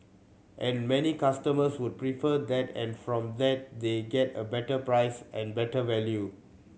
and many customers would prefer that and from that they get a better price and better value